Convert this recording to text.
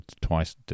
Twice